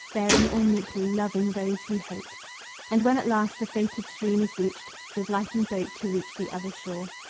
bearing all meekly, loving those who hate and when at last the fated stream is reached, with lightened boat to reach the other shore.